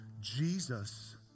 Jesus